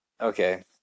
Okay